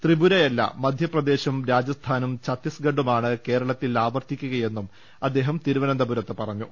ത്രിപുരയല്ല മധ്യപ്രദേശും രാജസ്ഥാനും ഛത്തിസ്ഗഢുമാണ് കേരളത്തിൽ ആവർത്തിക്കുകയെന്നും അദ്ദേഹം തിരുവനന്തപുരത്ത് പറഞ്ഞു